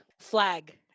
Flag